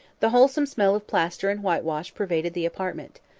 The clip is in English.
the wholesome smell of plaster and whitewash pervaded the apartment.